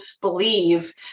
believe